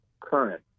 current